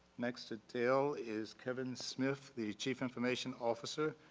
next to dale is kevin smith, the chief information officer.